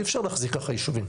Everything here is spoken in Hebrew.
אי אפשר להחזיק ככה יישובים.